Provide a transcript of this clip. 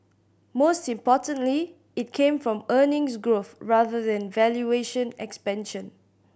most importantly it came from earnings growth rather than valuation expansion